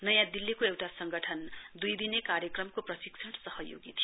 नयाँ दिल्लीको एउटा संगठन दुई दिने कार्यक्रमको प्रशिक्षण सहयोगी थियो